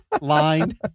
Line